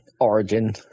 origin